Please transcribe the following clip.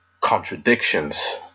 contradictions